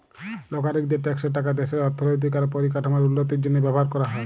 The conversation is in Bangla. লাগরিকদের ট্যাক্সের টাকা দ্যাশের অথ্থলৈতিক আর পরিকাঠামোর উল্লতির জ্যনহে ব্যাভার ক্যরা হ্যয়